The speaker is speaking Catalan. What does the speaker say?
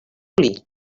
molí